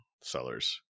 sellers